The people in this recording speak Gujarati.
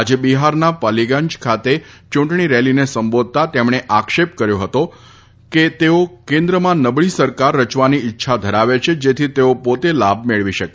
આજે બિહારના પાલીગંજ ખાતે ચૂંટણી રેલીને સંબોધતાં તેમને આક્ષેપ કર્યો હતો કે તેઓ કેન્દ્રમાં નબળી સરકાર રચવાની ઇચ્છા ધરાવે છે જેથી તેઓ પોતે લાભ મેળવી શકે